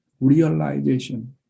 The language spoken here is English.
realization